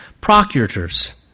procurators